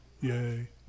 yay